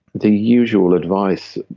the usual advice,